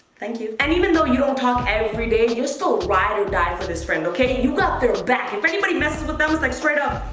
thank you. and even though you don't talk every day, you'll still ride or die for this friend, okay? you got their back. and if anybody messes with them it's like straight up